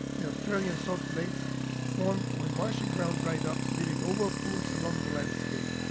the australian salt lakes formed when marshy ground dried up leaving oval pools along the landscape.